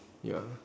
ya